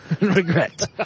Regret